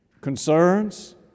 concerns